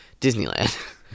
Disneyland